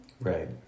Right